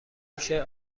گوشه